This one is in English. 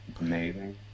amazing